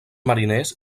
mariners